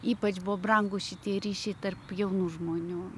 ypač buvo brangūs šitie ryšiai tarp jaunų žmonių